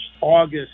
August